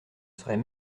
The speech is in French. serait